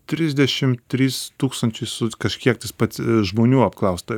trisdešim trys tūkstančiai su kažkiek tas pats žmonių apklausta